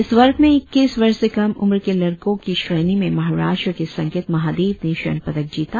इस वर्ग में इक्कीस वर्ष से कम उम्र के लड़कों की श्रेणी में महाराष्ट्र के संकेत महादेव ने स्वर्ण पदक जीता